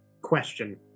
question